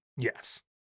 Yes